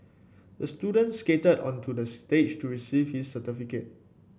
the student skated onto the stage to receive his certificate